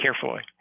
carefully